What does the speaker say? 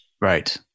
Right